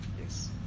Yes